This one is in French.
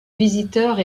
visiteurs